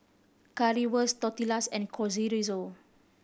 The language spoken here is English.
Currywurst Tortillas and Chorizo